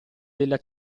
della